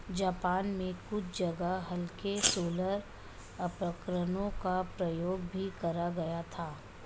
Japan में कुछ जगह हल्के सोलर उपकरणों का प्रयोग भी करा गया था